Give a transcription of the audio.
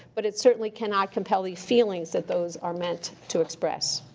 but it certainly cannot compel the feelings that those are meant to express.